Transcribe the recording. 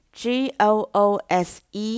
g-o-o-s-e